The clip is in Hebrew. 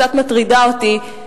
קצת מטרידה אותי.